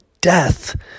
death